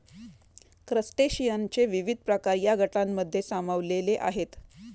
क्रस्टेशियनचे विविध प्रकार या गटांमध्ये सामावलेले आहेत